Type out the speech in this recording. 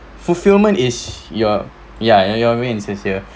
fulfilment is your ya and you're mean and sincere